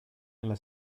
nella